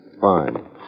Fine